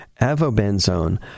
avobenzone